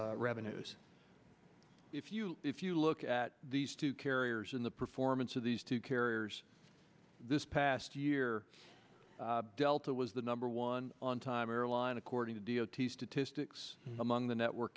s revenues if you if you look at these two carriers in the performance of these two carriers this past year delta was the number one on time airline accord d o t statistics among the network